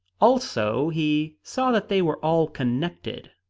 also, he saw that they were all connected,